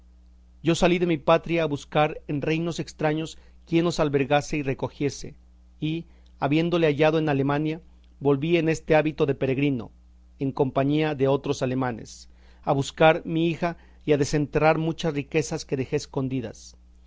yo salí de mi patria a buscar en reinos estraños quien nos albergase y recogiese y habiéndole hallado en alemania volví en este hábito de peregrino en compañía de otros alemanes a buscar mi hija y a desenterrar muchas riquezas que dejé escondidas